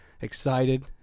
excited